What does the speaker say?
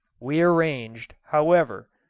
we arranged, however,